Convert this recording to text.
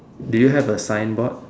do you have a sign board